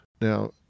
Now